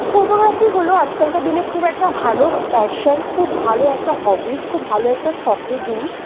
photography হলো আজকালকার দিনে খুব একটা ভালো প্যাশন খুব ভালো একটা হবিজ খুব ভালো একটা শখের জিনিস